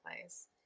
place